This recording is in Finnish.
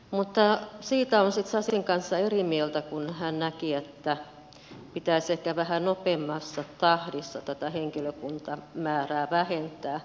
mutta siitä olen sitten sasin kanssa eri mieltä kun hän näki että pitäisi ehkä vähän nopeammassa tahdissa tätä henkilökuntamäärää vähentää